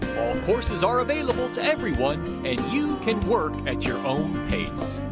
courses are available to everyone, and you can work at your own pace.